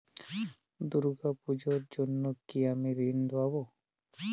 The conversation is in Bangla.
দুর্গা পুজোর জন্য কি আমি ঋণ পাবো?